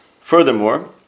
Furthermore